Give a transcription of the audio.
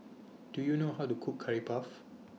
Do YOU know How to Cook Curry Puff